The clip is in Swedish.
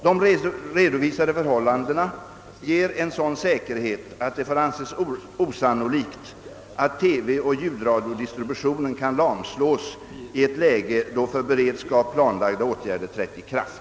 De redovisade förhållandena ger en sådan säkerhet att det får anses osannolikt att TV och ljudradiodistributionen kan lamslås i ett läge, då för beredskap planlagda åtgärder trätt i kraft.